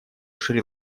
шри